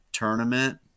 tournament